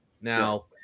Now